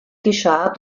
geschah